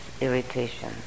irritation